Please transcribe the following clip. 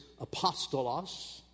apostolos